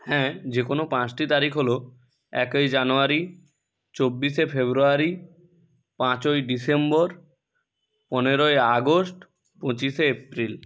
হ্যাঁ যে কোনো পাঁচটি তারিখ হল একই জানুয়ারি চব্বিশে ফেব্রুয়ারি পাঁচই ডিসেম্বর পনেরোই আগস্ট পঁচিশে এপ্রিল